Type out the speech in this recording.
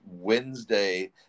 Wednesday